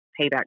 payback